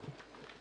לסטטיסטיקה.